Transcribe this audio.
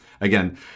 again